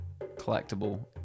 collectible